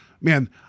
man